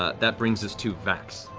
ah that brings us to vax.